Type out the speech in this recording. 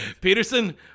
Peterson